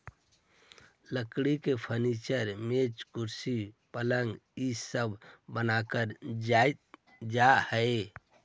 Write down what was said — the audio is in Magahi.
लकड़ी के फर्नीचर, मेज, कुर्सी, पलंग इ सब बनावल जा हई